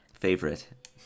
Favorite